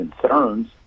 concerns